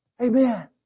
Amen